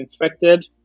infected